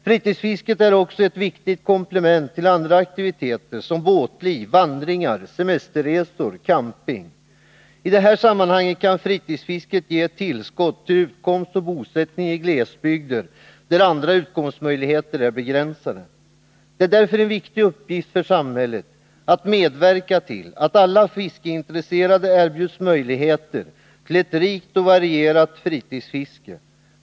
Fritidsfisket är också ett viktigt komplement till andra aktiviteter, som båtliv, vandringar, semesterresor och camping. I detta sammanhang kan fritidsfisket ge ett tillskott till utkomst och bosättning i glesbygder där andra utkomstmöjligheter är begränsade. Det är därför en viktig uppgift för samhället att medverka till att alla fiskeintresserade erbjuds möjligheter till ett rikt och varierat fritidsfiske.